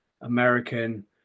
American